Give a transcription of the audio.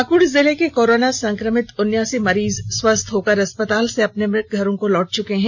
पाकुड़ जिले के कोरोना संक्रमित उनासी मरीज स्वस्थ होकर अस्पताल से अपने अपने घरों को लौट चुके हैं